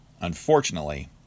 Unfortunately